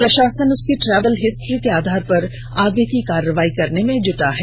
प्रशासन उसके travel history के आधार पर आगे की कार्रवाई करने में जुटा है